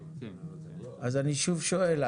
אז אני שוב שואל,